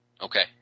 Okay